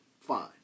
fine